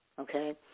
Okay